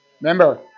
Remember